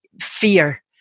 fear